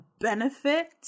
benefit